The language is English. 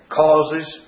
causes